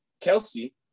Kelsey